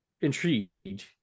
intrigued